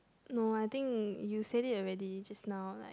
no I think you said it already just now like